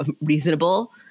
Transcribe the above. reasonable